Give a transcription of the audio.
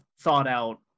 thought-out